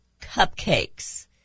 cupcakes